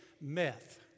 meth